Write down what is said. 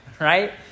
right